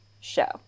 show